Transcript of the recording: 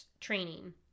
training